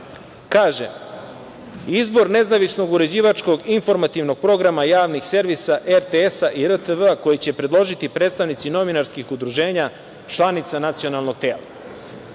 kaže – izbor nezavisnog uređivačkog informativnog programa javnih servisa RTS i RTV, koji će predložiti predstavnici novinarskih udruženja članice Nacionalnog tela.